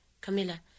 camilla